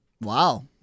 Wow